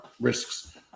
risks